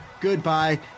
Goodbye